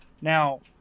Now